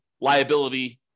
liability